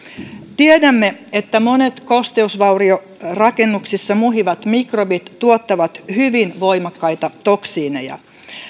tiedämme että monet kosteusvauriorakennuksissa muhivat mikrobit tuottavat hyvin voimakkaita toksiineja